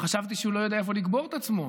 חשבתי שהוא לא יודע איפה לקבור את עצמו.